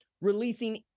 releasing